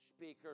Speaker